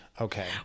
Okay